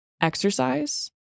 exercise